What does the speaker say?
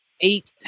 Eight